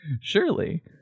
Surely